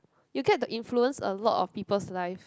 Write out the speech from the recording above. you get to influence a lot of people's life